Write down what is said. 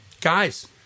Guys